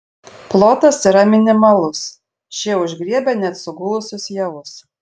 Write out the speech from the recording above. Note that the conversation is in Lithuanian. plotas yra minimalus šie užgriebia net sugulusius javus